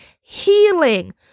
healing